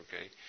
okay